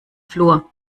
fluor